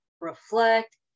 reflect